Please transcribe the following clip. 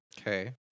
Okay